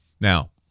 Now